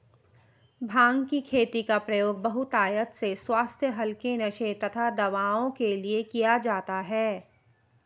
भांग की खेती का प्रयोग बहुतायत से स्वास्थ्य हल्के नशे तथा दवाओं के लिए किया जाता है